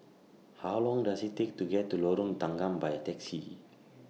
How Long Does IT Take to get to Lorong Tanggam By Taxi